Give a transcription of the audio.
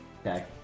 Okay